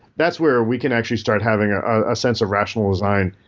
that's where we can actually start having ah a sense of rational design.